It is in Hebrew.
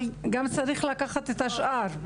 אבל גם צריך לקחת את השאר.